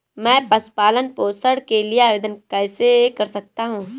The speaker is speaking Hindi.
मैं पशु पालन पोषण के लिए आवेदन कैसे कर सकता हूँ?